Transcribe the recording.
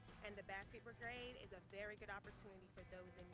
and the basket brigade is a very good opportunity for those